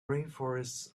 rainforests